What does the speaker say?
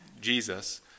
Jesus